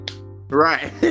Right